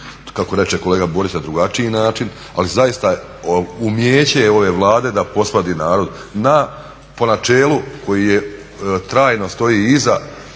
kako reče kolega Borić na drugačiji način, ali zaista umijeće je ove Vlade da posvadi narod na po načelu koji je, trajno stoji iza